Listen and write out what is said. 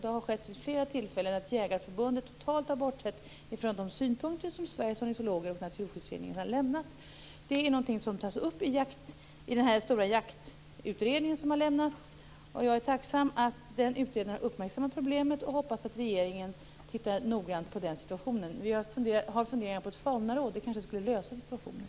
Det har skett vid flera tillfällen att Jägareförbundet totalt har bortsett från de synpunkter som Sveriges ornitologer och Naturskyddsföreningen har lämnat. Det tas upp i den stora jaktutredning som har lämnats. Jag är tacksam att utredaren har uppmärksammat problemet och hoppas att regeringen tittar noggrant på situationen. Vi har funderingar på ett faunaråd. Det kanske skulle lösa situationen.